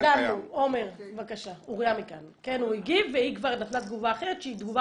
הוא הגיב והיא כבר נתנה תגובה אחרת שהיא תגובה